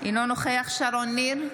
אינו נוכח שרון ניר,